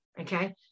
Okay